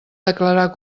declarar